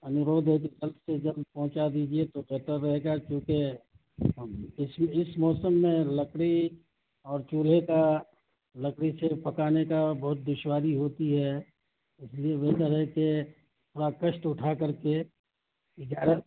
انورودھ ہے کہ جلد سے جلد پہنچا دیجیے تو بہتر رہے گا کیوںکہ اس اس موسم میں لکڑی اور چولہے کا لکڑی سے پکانے کا بہت دشواری ہوتی ہے اس لیے بہتر ہے کہ تھوڑا کشٹ اٹھا کر کے گیارہ